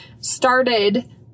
started